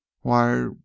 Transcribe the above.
Why—